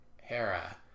hera